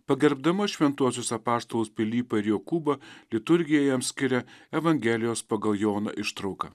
pagerbdama šventuosius apaštalus pilypą ir jokūbą liturgija jam skiria evangelijos pagal joną ištrauką